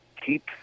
keep